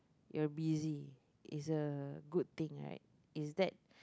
you're busy is a good thing right is that